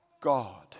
God